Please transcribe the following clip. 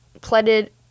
pleaded